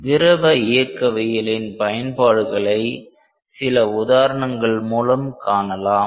திரவ இயக்கவியலின் பயன்பாடுகளை சில உதாரணங்கள் மூலம் காணலாம்